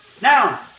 Now